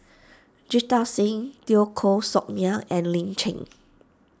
Jita Singh Teo Koh Sock Miang and Lin Chen